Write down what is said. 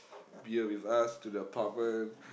beer with us to the apartment